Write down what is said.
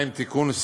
(תיקון,